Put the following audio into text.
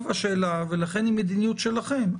השאלה ולכן היא מדיניות שלכם,